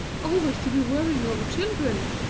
always to be worrying over children.